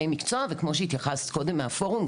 המקצוע וכמו שהתייחסת קודם מהפורום,